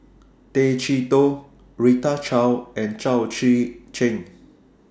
Tay Chee Toh Rita Chao and Chao Tzee Cheng